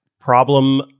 problem